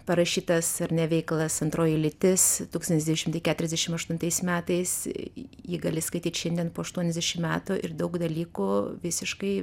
parašytas ar ne veikalas antroji lytis tūkstantis devyni šimtai keturiasdešim aštuntais metais jį gali skaityt šiandien po aštuoniasdešim metų ir daug dalykų visiškai